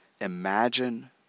imagine